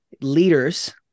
leaders